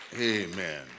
Amen